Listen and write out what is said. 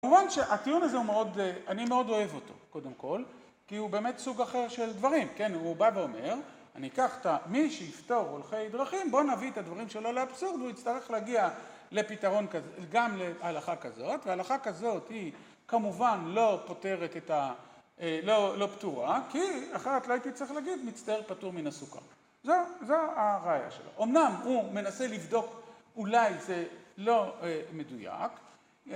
כמובן שהטיעון הזה הוא מאוד, אני מאוד אוהב אותו, קודם כל, כי הוא באמת סוג אחר של דברים. כן, הוא בא ואומר, אני אקח את מי שיפטור הולכי דרכים, בואו נביא את הדברים שלו לאבסורד, הוא יצטרך להגיע לפתרון כזה, גם להלכה כזאת, וההלכה כזאת היא כמובן לא פוטרת את ה, לא פתורה, כי אחרת לא הייתי צריך להגיד מצטער פטור מן הסוכה. זהו, זו הראיה שלו. אמנם הוא מנסה לבדוק, אולי זה לא מדויק.